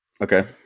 Okay